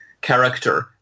character